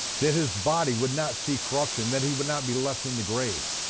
that his body would not see corruption, that he would not be left in the grave,